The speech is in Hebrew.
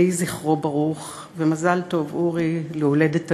יהיה זכרו ברוך, ומזל טוב, אורי, על הולדת הנכד,